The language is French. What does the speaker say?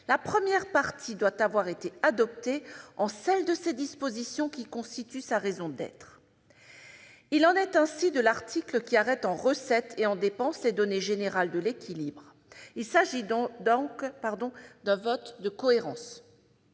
la première partie doit avoir été adoptée « en celles de ses dispositions qui constituent sa raison d'être ». Il en est ainsi de l'article qui arrête en recettes et en dépenses les données générales de l'équilibre. Il s'agit donc d'un vote de cohérence.